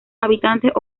habitantes